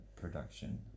production